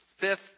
fifth